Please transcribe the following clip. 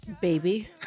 Baby